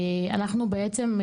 אנחנו בעצם,